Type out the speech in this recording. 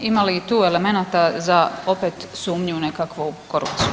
Ima li tu elemenata za opet sumnju u nekakvu korupciju?